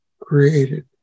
created